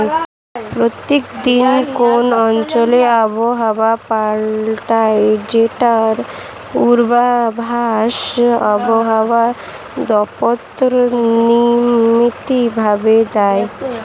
প্রত্যেক দিন কোন অঞ্চলে আবহাওয়া পাল্টায় যেটার পূর্বাভাস আবহাওয়া দপ্তর নিয়মিত ভাবে দেয়